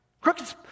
Crooked